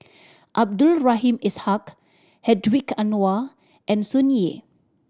Abdul Rahim Ishak Hedwig Anuar and Sun Yee